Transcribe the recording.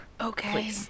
Okay